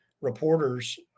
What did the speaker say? reporters